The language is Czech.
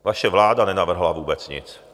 Vaše vláda nenavrhla vůbec nic.